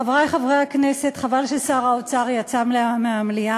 חברי חברי הכנסת, חבל ששר האוצר יצא מהמליאה,